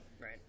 Right